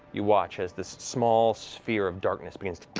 you watch as this small sphere of darkness begins to